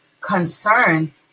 concern